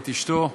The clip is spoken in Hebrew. את אשתו,